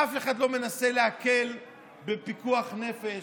אף אחד לא מנסה להקל בפיקוח נפש.